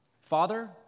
Father